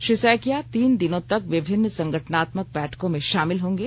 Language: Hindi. श्री सैकिया तीन दिनों तक विभिन्न संगठनात्मक बैठकों में शामिल होंगे